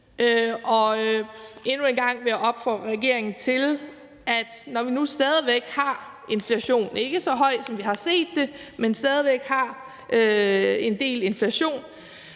Endnu en gang vil jeg sige til regeringen, at når vi nu stadig væk har inflation – ikke så høj, som vi tidligere har set det, men stadig væk en del inflation